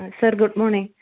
sir good morning